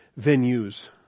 venues